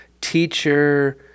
teacher